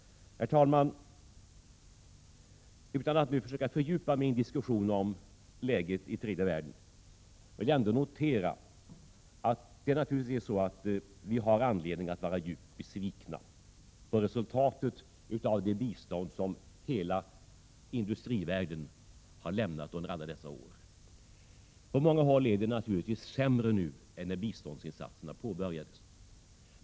Herr talman! Utan att försöka fördjupa mig i en diskussion om läget i tredje världen, vill jag notera att vi har anledning att vara djupt besvikna på resultaten av det bistånd som hela industrivärlden har lämnat under alla dessa år. På många håll är det sämre nu än när biståndsinsatserna påbörjades.